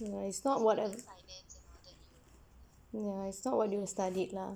if not what else ya is not what you studied lah